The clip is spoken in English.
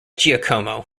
giacomo